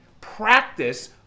practice